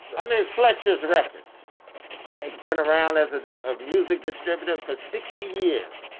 i mean, fletcher's records and they've been around as a music distributor for sixty years.